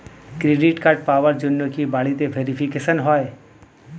Credit card পাওয়ার জন্য কি বাড়িতে ভেরিফিকেশন হয়?